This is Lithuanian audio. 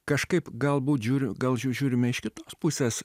kažkaip galbūt žiūriu gal žiūrime iš kitos pusės